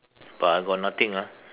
but I got nothing ah